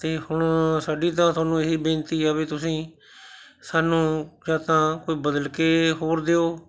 ਅਤੇ ਹੁਣ ਸਾਡੀ ਤਾਂ ਤੁਹਾਨੂੰ ਇਹੀ ਬੇਨਤੀ ਆ ਵੀ ਤੁਸੀਂ ਸਾਨੂੰ ਜਾਂ ਤਾਂ ਕੋਈ ਬਦਲ ਕੇ ਹੋਰ ਦਿਓ